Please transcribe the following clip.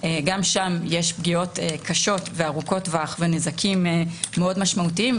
יש פגיעות קשות וארוכות טווח ונזקים מאוד משמעותיים,